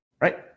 right